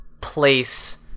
place